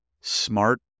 smart